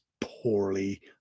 poorly